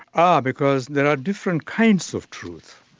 ah because there are different kinds of truth.